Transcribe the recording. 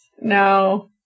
No